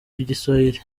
rw’igiswahili